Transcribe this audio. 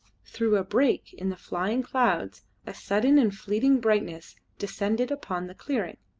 through a break in the flying clouds a sudden and fleeting brightness descended upon the clearing.